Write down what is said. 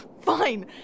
Fine